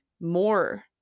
more